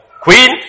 Queen